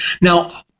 now